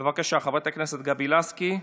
בבקשה, חברת הכנסת גבי לסקי,